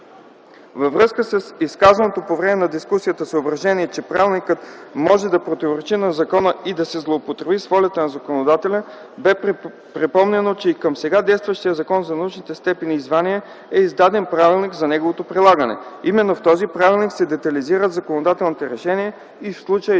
Във връзка с изказаното по време на дискусията съображение, че правилникът може да противоречи на закона и да се злоупотреби с волята на законодателя бе припомнено, че и към сега действащия Закон за научните степени и звания е издаден правилник за неговото прилагане. Именно в този правилник се детайлизират законодателните решения и в случая